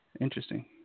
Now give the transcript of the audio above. Interesting